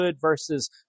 versus